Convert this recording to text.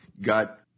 got